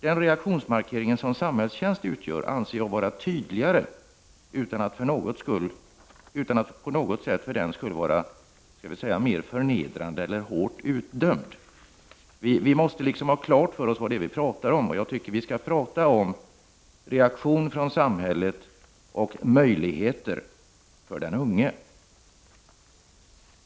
Den reaktionsmarkering som samhällstjänst utgör anser jag vara tydligare, utan att den på något sätt för den skull skulle vara mer förnedrande eller hårt utdömd. Vi måste ha klart för oss vad det är vi pratar om. Jag tycker att vi skall prata om reaktion från samhället och möjligheter för den unge.